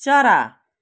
चरा